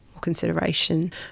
consideration